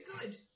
Good